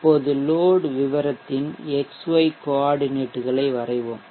இப்போது லோட் விவரத்தின் xy கோஆர்டினேட்களை வரைவோம்